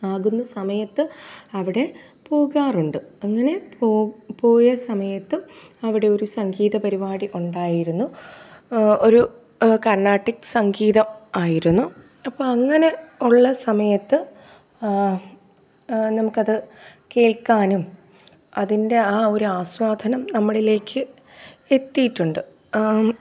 ആകുന്ന സമയത്ത് അവിടെ പോകാറുണ്ട് അങ്ങനെ പോ പോയ സമയത്തും അവിടെയൊരു സംഗീത പരിപാടി ഉണ്ടായിരുന്നു ഒരു കർണാട്ടിക് സംഗീതം ആയിരുന്നു അപ്പം അങ്ങനെ ഉള്ള സമയത്ത് നമുക്കത് കേൾക്കാനും അതിൻ്റെ ആ ഒര് ആസ്വാദനം നമ്മളിലേക്ക് എത്തിയിട്ടുണ്ട്